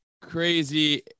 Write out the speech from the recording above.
Crazy